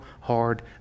hard